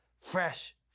fresh